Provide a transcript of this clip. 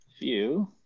View